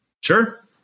sure